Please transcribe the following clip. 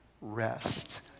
rest